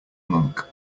monk